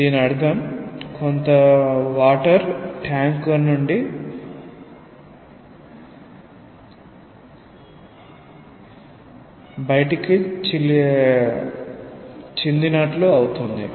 దీని అర్థం కొంత నీరు ట్యాంక్ నీరు బయటికి చిందినట్లు అవుతుంది